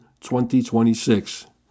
2026